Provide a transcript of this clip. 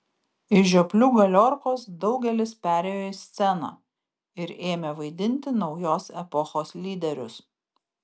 iš žioplių galiorkos daugelis perėjo į sceną ir ėmė vaidinti naujos epochos lyderius